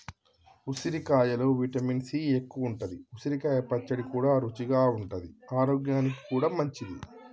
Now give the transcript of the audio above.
ఉసిరికాయలో vitamin C ఎక్కువుంటది, ఉసిరికాయ పచ్చడి కూడా రుచిగా ఉంటది ఆరోగ్యానికి కూడా మంచిది